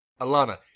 Alana